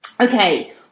Okay